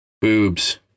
Boobs